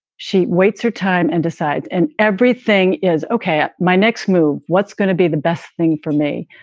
she waits her time and decides and everything is ok. my next move. what's going to be the best thing for me?